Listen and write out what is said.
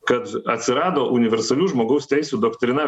kad atsirado universalių žmogaus teisų doktrina